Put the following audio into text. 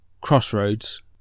crossroads